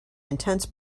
intense